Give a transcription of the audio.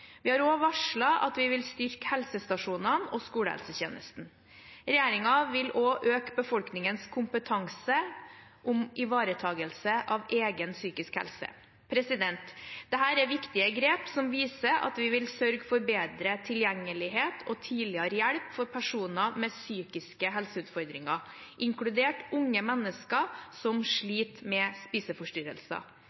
Vi har også varslet at vi vil styrke helsestasjonene og skolehelsetjenesten. Regjeringen vil også øke befolkningens kompetanse om ivaretakelse av egen psykisk helse. Dette er viktige grep som viser at vi vil sørge for bedre tilgjengelighet og tidligere hjelp for personer med psykiske helseutfordringer, inkludert unge mennesker som